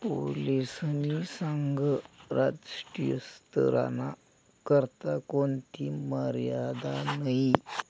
पोलीसनी सांगं राष्ट्रीय स्तरना करता कोणथी मर्यादा नयी